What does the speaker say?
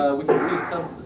we can see some,